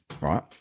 right